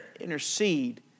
intercede